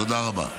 תודה רבה.